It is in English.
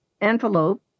envelope